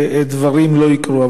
שדברים לא יקרו.